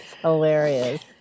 hilarious